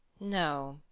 no,